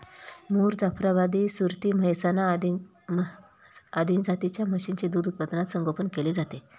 मुर, जाफराबादी, सुरती, मेहसाणा आदी जातींच्या म्हशींचे दूध उत्पादनात संगोपन केले जाते